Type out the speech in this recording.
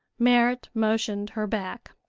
merrit motioned her back.